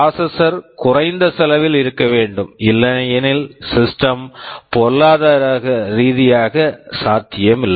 processor processor குறைந்த செலவில் இருக்க வேண்டும் இல்லையெனில் சிஸ்டம் system பொருளாதார ரீதியாக சாத்தியமில்லை